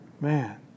Man